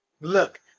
look